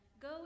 Go